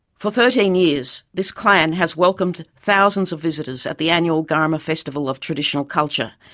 for thirteen years, this clan has welcomed thousands of visitors at the annual garma festival of traditional culture,